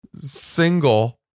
single